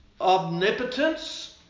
omnipotence